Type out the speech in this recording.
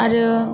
आरो